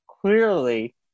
clearly